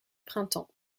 printemps